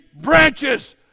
branches